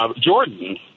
Jordan